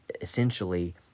essentially